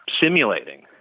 simulating